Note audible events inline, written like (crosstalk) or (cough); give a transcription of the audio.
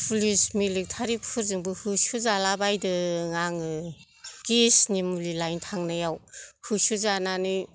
(unintelligible) police मिलिटारिफोरजोंबो होसोजालाबायदों आङो गेसनि मुलि लायनो थांनायाव होसोजानानै